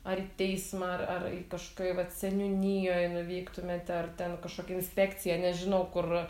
ar į teismą ar ar į kažokioj vat seniūnijoj nuvyktumėte ar ten kažkokia inspekcija nežinau kur